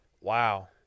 Wow